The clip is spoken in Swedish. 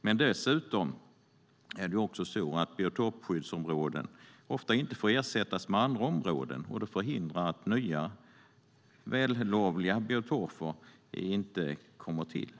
Dessutom får biotopskyddsområden ofta inte ersättas av andra områden. Det förhindrar att nya, vällovliga biotoper kommer till.